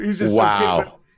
Wow